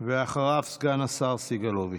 אחריו, סגן השר סגלוביץ'.